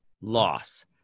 loss